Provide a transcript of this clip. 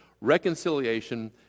Reconciliation